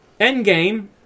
Endgame